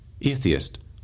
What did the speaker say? atheist